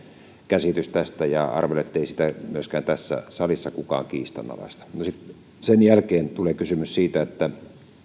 käsitys tästä ja arvelen ettei sitä myöskään tässä salissa kukaan kiistanalaista sitten sen jälkeen tulee kysymys siitä